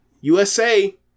USA